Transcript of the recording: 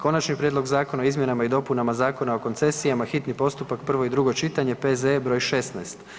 Konačni prijedlog Zakona o izmjenama i dopunama Zakona o koncesijama, hitni postupak, prvo i drugo čitanje, P.Z.E. br. 16.